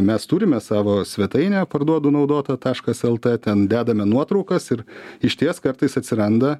mes turime savo svetainę parduodu naudota taškas lt ten dedame nuotraukas ir išties kartais atsiranda